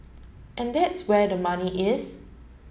and that's where the money is